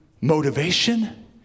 motivation